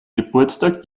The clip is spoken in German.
geburtstag